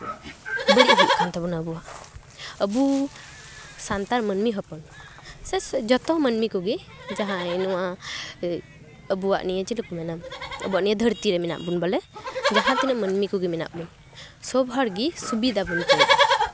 ᱵᱟᱹᱹᱲᱤᱡ ᱦᱩᱭᱩᱜ ᱠᱟᱱ ᱛᱟᱵᱳᱱᱟ ᱟᱵᱚᱣᱟᱜ ᱟᱹᱵᱩ ᱥᱟᱱᱛᱟᱲ ᱢᱟᱹᱱᱢᱤ ᱦᱚᱯᱚᱱ ᱡᱚᱛᱚ ᱢᱟᱹᱱᱢᱤ ᱠᱚᱜᱮ ᱡᱟᱦᱟᱸᱭ ᱱᱚᱣᱟ ᱟᱵᱚᱣᱟᱜ ᱱᱤᱭᱟᱹ ᱪᱮᱞᱤ ᱠᱚ ᱢᱮᱱᱟ ᱟᱵᱚᱣᱟᱜ ᱱᱤᱭᱟᱹ ᱫᱷᱟᱹᱨᱛᱤ ᱨᱮ ᱵᱚᱞᱮ ᱡᱟᱦᱟᱸ ᱛᱤᱱᱟᱹᱜ ᱢᱟᱹᱱᱢᱤ ᱠᱚᱜᱮ ᱢᱮᱱᱟᱜ ᱵᱚᱱ ᱥᱚᱵ ᱦᱚᱲᱜᱮ ᱥᱩᱵᱤᱫᱟ ᱵᱚᱱ ᱪᱟᱹᱭᱫᱟ